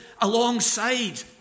alongside